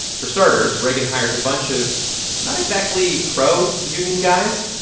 for starters, reagan hires a bunch of not exactly pro-union guys.